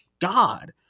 God